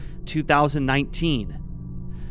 2019